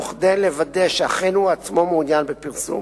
וכדי לוודא שאכן הוא עצמו מעוניין בפרסום